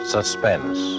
Suspense